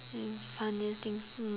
funniest thing for